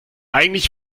eigentlich